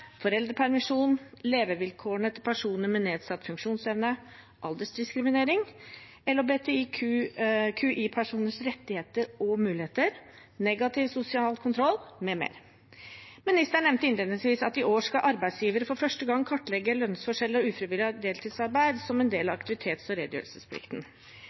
foreldrepermisjon, levevilkårene til personer med nedsatt funksjonsevne, aldersdiskriminering, LHBTQI-personers rettigheter og muligheter, negativ sosial kontroll mm. Ministeren nevnte innledningsvis at i år skal arbeidsgivere for første gang kartlegge lønnsforskjeller og ufrivillig deltidsarbeid som en del av aktivitets- og redegjørelsesplikten.